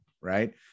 right